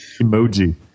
Emoji